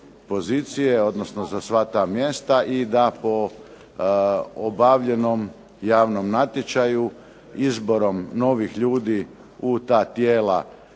pozicije, odnosno za sva ta mjesta i da po obavljenom javnom natječaju izborom novih ljudi u ta tijela